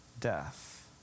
death